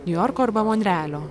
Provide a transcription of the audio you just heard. niujorko arba monrealio